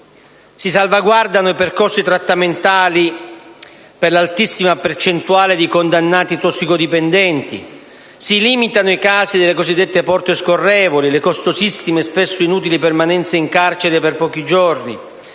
Si salvaguardano i percorsi trattamentali per l'altissima percentuale di condannati tossicodipendenti; si limitano i casi delle cosiddette porte scorrevoli, le costosissime, e spesso inutili, permanenze in carcere per pochi giorni;